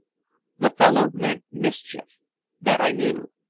the fellow meant mischief that i knew.